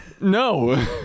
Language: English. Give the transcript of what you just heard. No